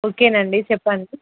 ఓకేనండి చెప్పండి